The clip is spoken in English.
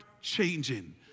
changing